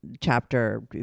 chapter